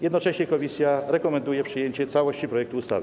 Jednocześnie komisja rekomenduje przyjęcie całości projektu ustawy.